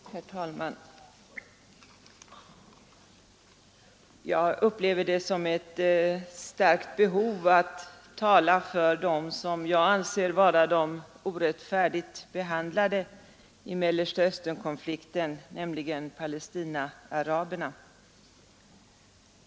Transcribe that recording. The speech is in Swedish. Herr talman! Jag upplever det som ett starkt behov att tala för dem som jag anser vara de orättfärdigt behandlade i Mellanösternkonflikten, nämligen Palestinaaraberna.